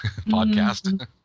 podcast